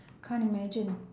can't imagine